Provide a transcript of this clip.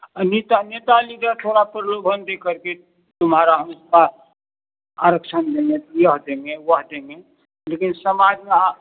नेता नेता लीडर थोड़ा प्रलोभन देकर के तुम्हारा हमारा आरक्षण देंगे यह देंगे वह देंगे लेकिन समाज में यहाँ